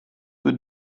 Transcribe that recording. für